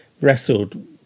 wrestled